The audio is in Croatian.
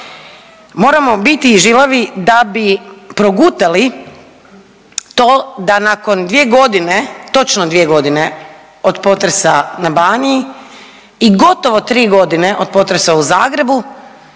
Moramo biti žilavi da bi progutali to da nakon dvije godine, točno dvije godine od potresa na Baniji i gotovo tri godine od potresa u Zagrebu